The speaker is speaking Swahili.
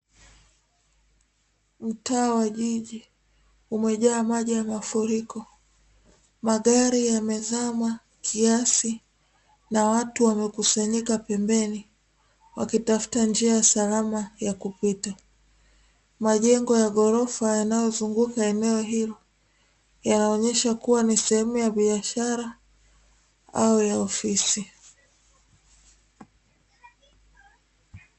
Mtaa wa jiji umejaa maji ya mafuriko, magari yamezama kiasi na watu wamekusanyika pembeni wakitafuta njia salama ya kupita, majengo ya ghorofa yanayozunguka eneo hilo yanaonyesha kuwa ni sehemu ya biashara au ya ofisi.